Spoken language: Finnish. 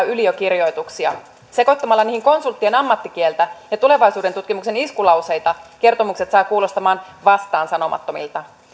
yliökirjoituksia sekoittamalla niihin konsulttien ammattikieltä ja tulevaisuudentutkimuksen iskulauseita kertomukset saa kuulostamaan vastaansanomattomilta